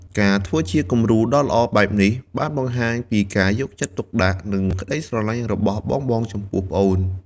ការធ្វើជាគំរូដ៏ល្អបែបនេះបានបង្ហាញពីការយកចិត្តទុកដាក់ និងក្ដីស្រឡាញ់របស់បងៗចំពោះប្អូន ។